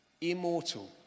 immortal